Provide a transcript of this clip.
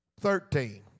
Thirteen